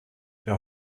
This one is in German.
der